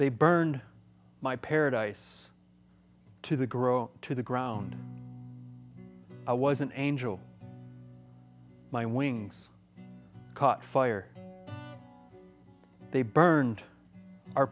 they burned my paradise to the grow to the ground i was an angel my wings caught fire they burned